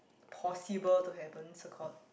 possible to happen so called